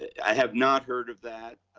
i have not heard of that.